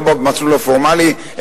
לא במסלול הפורמלי,